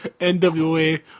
NWA